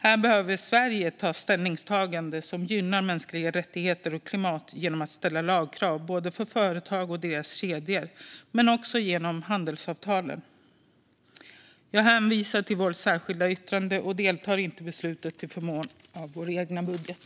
Här behöver Sverige göra ett ställningstagande som gynnar mänskliga rättigheter och klimat genom att ställa lagkrav för företag och deras kedjor samt genom handelsavtalen. Jag hänvisar till vårt särskilda yttrande och deltar inte i beslutet till förmån för vår egen budget.